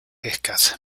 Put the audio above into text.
escasa